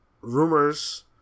rumors